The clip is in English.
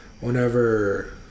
whenever